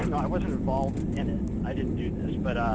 and i wasn't involved in it. i didn't do this. but,